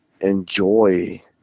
enjoy